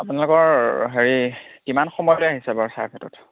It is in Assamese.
আপোনালোকৰ হেৰি কিমান সময় লৈ আহিছে বাৰু চাৰ্ভেটোত